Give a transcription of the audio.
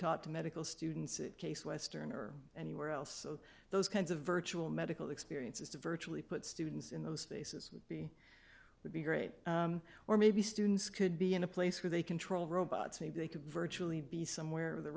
taught to medical students at case western or anywhere else so those kinds of virtual medical experiences to virtually put students in those spaces would be would be great or maybe students could be in a place where they control robots maybe they could virtually be somewhere of the